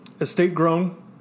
estate-grown